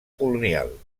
colonial